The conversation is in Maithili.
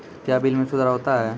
क्या बिल मे सुधार होता हैं?